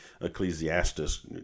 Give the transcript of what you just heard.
Ecclesiastes